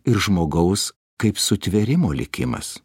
ir žmogaus kaip sutvėrimo likimas